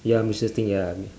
ya michievous thing ya I mean